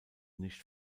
nicht